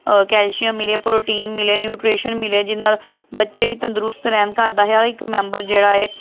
calcium ਮਿਲੇ protein ਮਿਲੇ nutrition ਮਿਲੇ ਜਿਹਦੇ ਨਾਲ ਬੱਚੇ ਵੀ ਤੰਦਰੁਸਤ ਰਹਿਣ ਘਰ ਦਾ ਹਰ ਇੱਕ ਮੈਂਬਰ ਜਿਹੜਾ ਹੈ